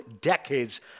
decades